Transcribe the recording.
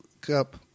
Cup